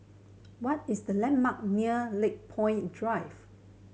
what is the landmark near Lakepoint Drive